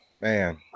man